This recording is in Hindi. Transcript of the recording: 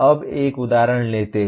अब एक उदाहरण लेते हैं